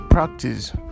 Practice